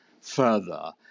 further